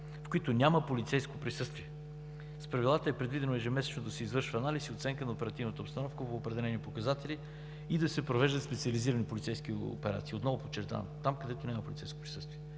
в които няма полицейско присъствие. С Правилата е предвидено ежемесечно да се извършва анализ и оценка на оперативната обстановка по определени показатели и да се провеждат специализирани полицейски операции. Отново подчертавам – там, където няма полицейско присъствие.